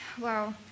Wow